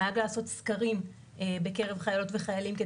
נהג לעשות סקרים בקרב חיילות וחיילים,